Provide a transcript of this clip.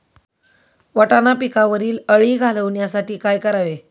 वाटाणा पिकावरील अळी घालवण्यासाठी काय करावे?